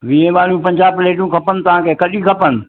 वीह वारियूं पंजाहु प्लेटूं खपनि तव्हांखे कॾी खपनि